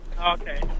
okay